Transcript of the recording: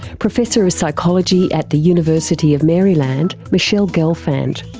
professor of psychology at the university of maryland, michele gelfand.